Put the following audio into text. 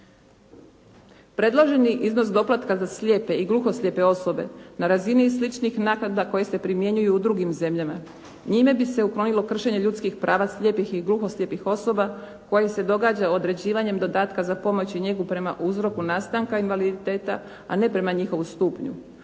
Predloženi iznos doplatka za slijepe i gluhoslijepe osobe na razini je sličnih naknada koje se primjenjuju u drugim zemljama. Njime bi se uklonilo kršenje ljudskih prava slijepih i gluhoslijepih osoba koje se događa određivanjem dodatka za pomoć i njegu prema uzroku nastanka invaliditeta a ne prema njihovu stupnju.